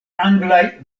anglaj